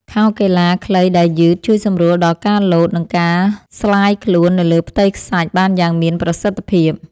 ខោកីឡាខ្លីដែលយឺត ជួយសម្រួលដល់ការលោត និងការស្លាយខ្លួននៅលើផ្ទៃខ្សាច់បានយ៉ាងមានប្រសិទ្ធភាព។